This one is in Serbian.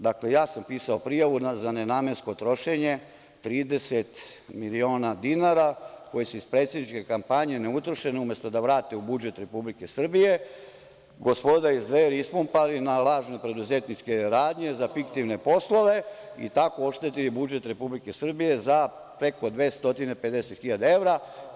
Dakle, ja sam pisao prijavu za nenamensko trošenje 30 miliona dinara, koje su iz predsedničke kampanje neutrošene, umesto da vrate u budžet Republike Srbije, gospoda iz Dveri ispumpali na lažne preduzetničke radnje za fiktivne poslove i tako oštetili budžet Republike Srbije za preko 250.000 evra.